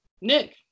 nick